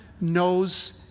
knows